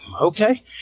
Okay